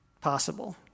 possible